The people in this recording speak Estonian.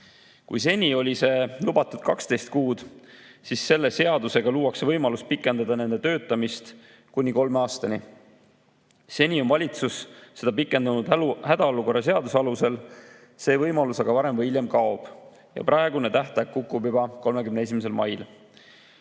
Kui seni oli see lubatud 12 kuud, siis selle seadusega luuakse võimalus pikendada nende töötamist kuni kolme aastani. Seni on valitsus seda pikendanud hädaolukorra seaduse alusel. See võimalus aga varem või hiljem kaob. Praegune tähtaeg kukub juba 31. mail.